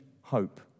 hope